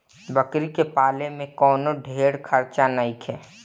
बकरी के पाले में कवनो ढेर खर्चा नईखे